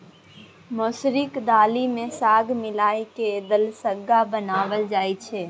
मसुरीक दालि मे साग मिला कय दलिसग्गा बनाएल जाइ छै